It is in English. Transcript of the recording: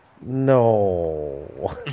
no